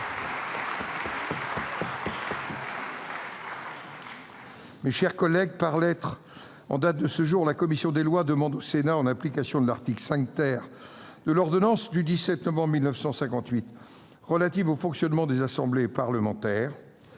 Mes chers collègues, par lettre en date de ce jour, la commission des lois demande au Sénat, en application de l'article 5 de l'ordonnance n° 58-1100 du 17 novembre 1958 relative au fonctionnement des assemblées parlementaires,